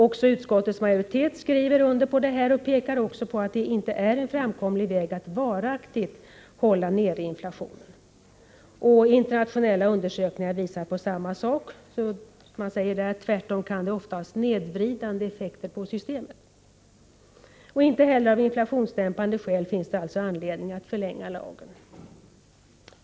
Också utskottets majoritet skriver under på detta och pekar på att prisreglering inte är någon framkomlig väg för att varaktigt hålla nere inflationen. Internationella undersökningar visar detsamma. I dessa sägs att en prisregleringspolitik tvärtom ofta kan ha snedvridande effekter på systemet. Inte heller av inflationsdämpande skäl finns det alltså anledning att förlänga lagens tillämpning.